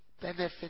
Benefit